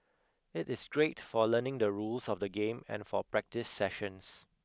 it is great for learning the rules of the game and for practice sessions